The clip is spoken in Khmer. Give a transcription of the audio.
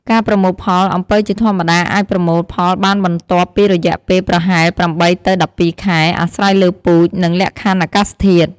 ការប្រមូលផល អំពៅជាធម្មតាអាចប្រមូលផលបានបន្ទាប់ពីរយៈពេលប្រហែល ៨ ទៅ ១២ ខែ អាស្រ័យលើពូជ និងលក្ខខណ្ឌអាកាសធាតុ។